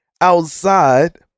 outside